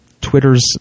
Twitter's